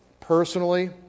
personally